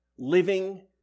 living